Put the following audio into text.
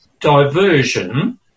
Diversion